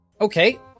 Okay